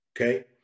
Okay